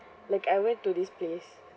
like I went to this place